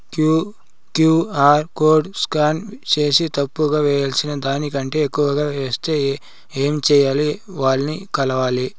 QR code scan సేసి తప్పు గా వేయాల్సిన దానికంటే ఎక్కువగా వేసెస్తే ఏమి సెయ్యాలి? ఎవర్ని కలవాలి?